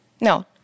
No